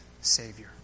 Savior